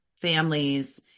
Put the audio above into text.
families